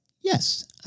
yes